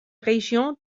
région